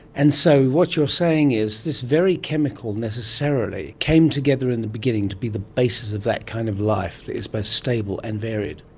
and so what you are saying is this very chemical necessarily came together in the beginning to be the basis of that kind of life that is both stable and varied.